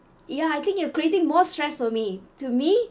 ya I think you're creating more stress for me to me